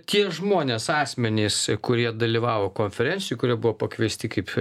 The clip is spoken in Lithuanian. tie žmonės asmenys kurie dalyvavo konferencijoj kurie buvo pakviesti kaip